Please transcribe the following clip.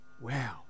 Wow